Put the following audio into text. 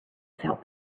felt